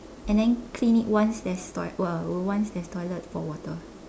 and then clean it once there's toi~ uh once there's toilet for water